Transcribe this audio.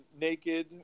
naked